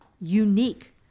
unique